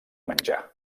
menjar